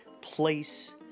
place